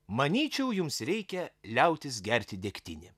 manyčiau jums reikia liautis gerti degtinę